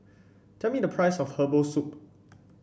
tell me the price of Herbal Soup